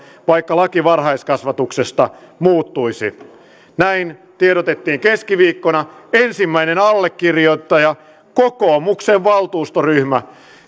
vaikka laki varhaiskasvatuksesta muuttuisi näin tiedotettiin keskiviikkona ensimmäinen allekirjoittaja kokoomuksen valtuustoryhmä